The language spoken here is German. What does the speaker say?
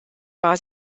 war